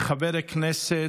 חברי הכנסת,